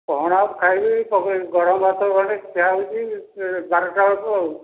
କ'ଣ ଆଉ ଖାଇବି ଗରମ ଭାତ ଗଣ୍ଡେ ଖିଆହେଉଛି ସେ ବାରଟା ବେଳକୁ ଆଉ